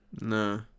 no